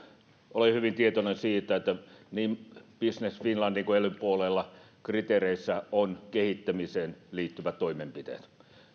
olen hyvin tietoinen siitä että niin business finlandin kuin elyn puolella kriteereissä on kehittämiseen liittyvät toimenpiteet